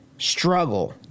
struggle